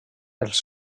els